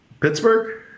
Pittsburgh